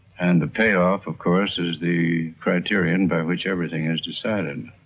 and the pay off, of course, is the criterion by which everything is decided.